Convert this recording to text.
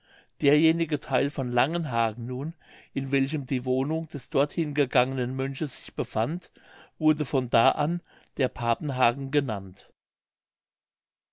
derjenige theil von langenhagen nun in welchem die wohnung des dorthin gegangenen mönches sich befand wurde von da an der papenhagen genannt